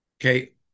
Okay